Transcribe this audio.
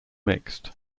mixed